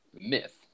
myth